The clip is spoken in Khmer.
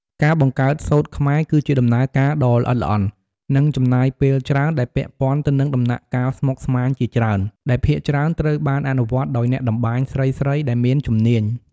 ការបង្កើតសូត្រខ្មែរគឺជាដំណើរការដ៏ល្អិតល្អន់ និងចំណាយពេលច្រើន ដែលពាក់ព័ន្ធនឹងដំណាក់កាលស្មុគស្មាញជាច្រើន ដែលភាគច្រើនត្រូវបានអនុវត្តដោយអ្នកតម្បាញស្រីៗដែលមានជំនាញ។